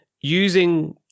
using